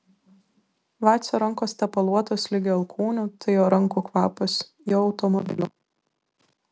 vacio rankos tepaluotos ligi alkūnių tai jo rankų kvapas jo automobilio